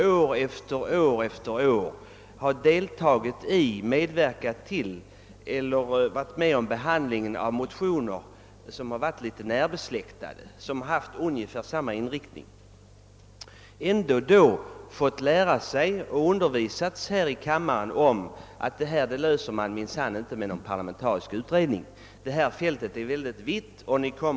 År efter år har jag varit med om behandlingen av motioner som varit närbesläktade och haft ungefär samma inriktning som den nu ifrågavarande och då har jag här i kammaren fått lära mig att sådana frågor löser man minsann inte med en parlamentarisk utredning; de sträcker sig över ett alltför vittomfattande fält.